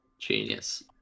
Genius